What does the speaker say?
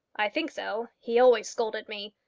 i think so. he always scolded me.